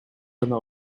гана